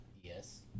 Yes